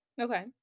Okay